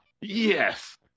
Yes